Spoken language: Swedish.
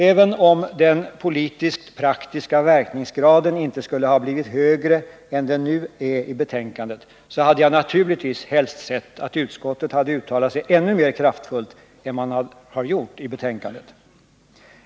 Även om den politiskt praktiska verkningsgraden inte skulle ha blivit högre än den nu är i betänkandet, hade jag naturligtvis helst sett att utskottsmajoriteten hade uttalat sig ännu mer kraftfullt än den gjort i sitt betänkande.